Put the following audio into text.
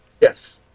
Yes